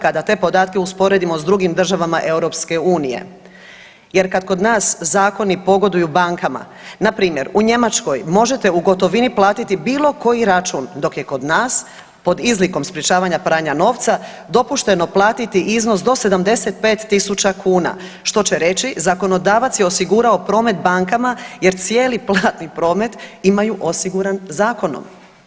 Kada te podatke usporedimo s drugim državama Europske unije jer kad kod nas zakoni pogoduju bankama npr. u Njemačkoj možete u gotovini platiti bilo koji račun, dok je kod nas pod izlikom sprječavanja pranja novca dopušteno platiti iznos do 75 tisuća kuna što će reći zakonodavac je osigurao promet bankama jer cijeli platni promet imaju osiguran zakonom.